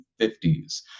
1950s